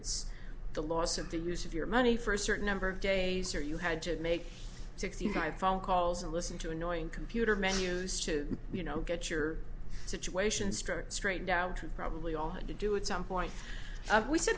it's the loss of the use of your money for a certain number of days or you had to make sixty five phone calls and listen to annoying computer menus to you know get your situation straight straightened out probably all had to do it some point we said